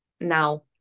now